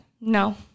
No